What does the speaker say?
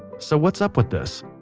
so, what's up with this?